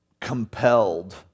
compelled